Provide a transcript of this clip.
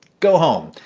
go home.